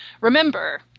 remember